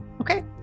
Okay